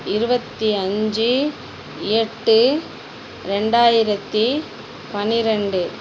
இருபத்தி அஞ்சு எட்டு ரெண்டாயிரத்தி பன்னிரெண்டு